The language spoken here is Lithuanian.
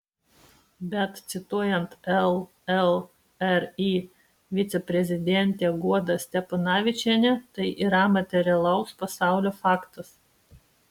bet cituojant llri viceprezidentę guodą steponavičienę tai yra materialaus pasaulio faktas